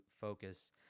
focus